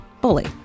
bully